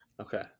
Okay